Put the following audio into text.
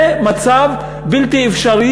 זה מצב בלתי אפשרי.